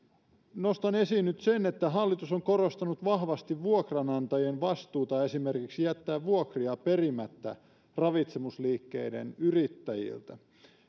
nostan esiin sen että hallitus on korostanut vahvasti vuokranantajien vastuuta esimerkiksi jättää vuokria perimättä ravitsemusliikkeiden yrittäjiltä